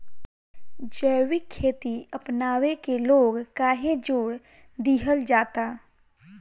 जैविक खेती अपनावे के लोग काहे जोड़ दिहल जाता?